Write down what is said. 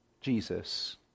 Jesus